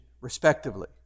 respectively